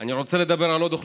אני רוצה לדבר על עוד אוכלוסייה,